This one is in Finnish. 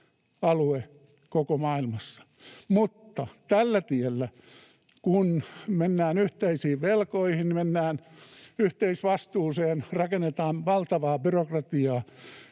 alue koko maailmassa. Mutta tällä tiellä, kun mennään yhteisiin velkoihin, mennään yhteisvastuuseen, rakennetaan valtavaa byrokratiaa,